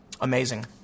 Amazing